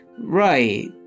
right